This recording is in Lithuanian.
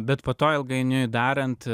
bet po to ilgainiui darant